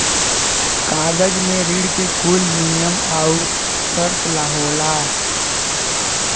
कागज मे ऋण के कुल नियम आउर सर्त होला